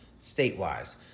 State-wise